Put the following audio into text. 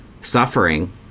suffering